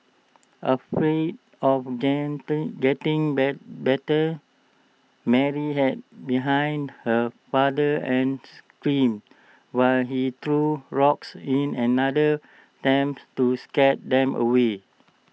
afraid of getting getting bite bitten Mary hid behind her father and screamed while he threw rocks in another attempt to scare them away